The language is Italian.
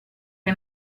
che